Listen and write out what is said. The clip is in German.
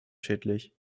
schädlich